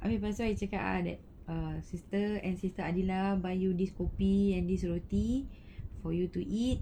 habis lepas tu I cakap ah that err sister and sister adilah buy you this kopi and this roti for you to eat